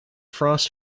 frost